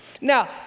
Now